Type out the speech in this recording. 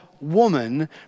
woman